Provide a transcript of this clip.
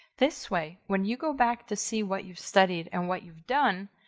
this way, when you go back to see what you've studied and what you've done,